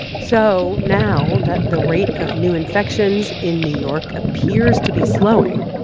so now that the rate of new infections in new york appears to be slowing,